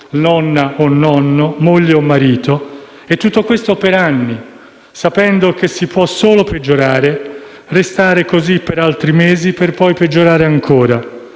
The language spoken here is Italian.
nonna o nonno, moglie o marito. E tutto questo per anni, sapendo che si può solo peggiorare, restare così per altri mesi, per poi peggiorare ancora.